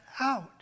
out